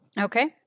Okay